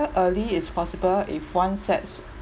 early is possible if one sets